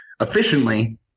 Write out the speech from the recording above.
efficiently